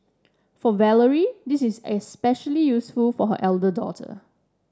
for Valerie this is especially useful for her elder daughter